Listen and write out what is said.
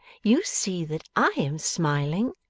you see that i am smiling